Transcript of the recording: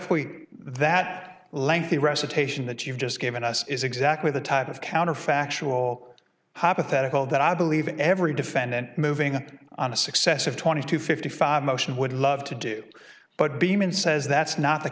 y that lengthy recitation that you've just given us is exactly the type of counterfactual hypothetical that i believe every defendant moving on a successive twenty to fifty five motion would love to do but beeman says that's not the